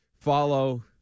follow